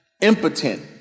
impotent